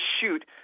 shoot